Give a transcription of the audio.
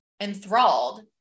enthralled